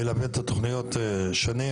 אנחנו לא קשורים להחלטות של הוועדה הגיאוגרפית,